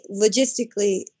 logistically